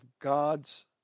God's